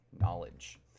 knowledge